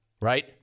Right